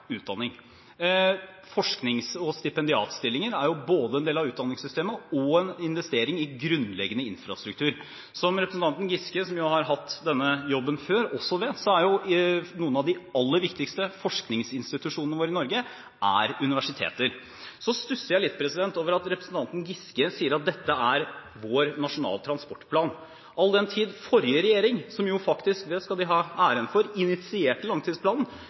utdanning. Forsknings- og stipendiatstillinger er både en del av utdanningssystemet og en investering i grunnleggende infrastruktur. Som representanten Giske, som har hatt denne jobben før, også vet, er noen av de aller viktigste forskningsinstitusjonene i Norge universiteter. Jeg stusser litt over at representanten Giske sier at dette er vår Nasjonal transportplan, all den tid den forrige regjeringen – og det skal de ha æren for – faktisk initierte langtidsplanen